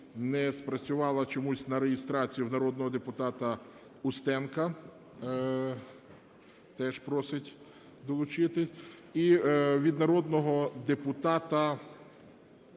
не спрацювала чомусь на реєстрацію у народного депутата Устенка, теж просить долучити, і від народного депутата